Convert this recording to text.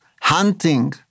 hunting